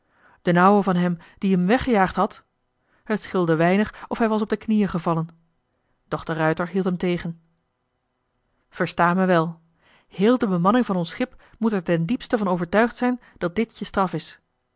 d'n ouwe van hem die hem weggejaagd had het scheelde weinig of hij was op de knieën gevallen doch de ruijter hield hem tegen versta me wel heel de bemanning van ons schip moet er ten diepste van overtuigd zijn dat dit je straf is